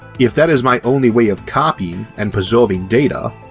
if that is my only way of copying and preserving data,